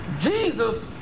Jesus